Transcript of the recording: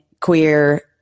queer